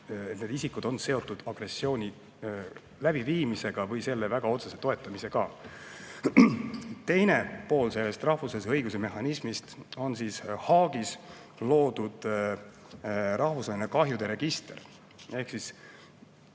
et need isikud on seotud agressiooni läbiviimisega või selle väga otsese toetamisega. Teine pool sellest rahvusvahelise õiguse mehhanismist on Haagis loodud rahvusvaheline kahjude register. Eesti